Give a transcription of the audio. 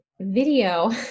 video